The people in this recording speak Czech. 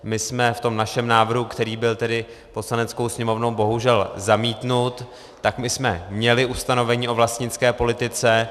My jsme v tom našem návrhu, který byl tedy Poslaneckou sněmovnou bohužel zamítnut, měli ustanovení o vlastnické politice.